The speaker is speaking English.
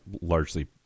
largely